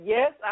Yes